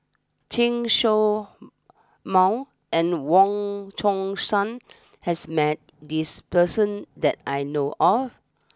Chen show Mao and Wong Chong Sai has met this person that I know of